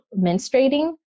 menstruating